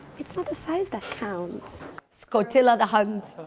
it's not the size that counts skotila the hunt